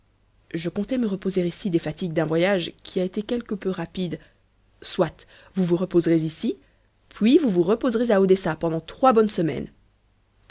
je comptais me reposer ici des fatigues d'un voyage qui a été quelque peu rapide soit vous vous reposerez ici puis vous vous reposerez à odessa pendant trois bonnes semaines